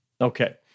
Okay